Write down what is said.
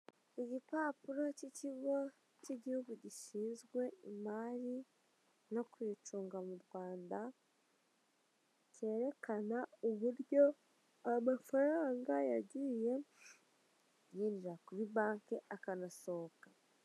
Igipapuro cy'ikigo cy'igihugu gishinzwe imari no kuyicunga mu Rwanda, cyerekana uburyo amafaranga yagiye yinjira kuri Banki, akanasohoka.